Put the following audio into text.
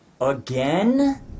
Again